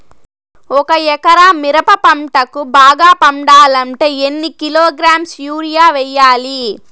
ఒక ఎకరా మిరప పంటకు బాగా పండాలంటే ఎన్ని కిలోగ్రామ్స్ యూరియ వెయ్యాలి?